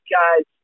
guys